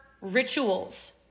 rituals